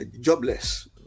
jobless